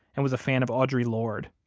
and was a fan of audre lorde.